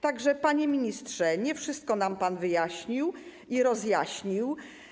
Tak że, panie ministrze, nie wszystko nam pan wyjaśnił i rozjaśnił.